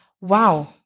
Wow